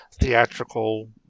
theatrical